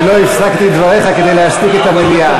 ולא הפסקתי את דבריך כדי להשתיק את המליאה.